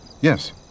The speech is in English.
Yes